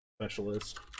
specialist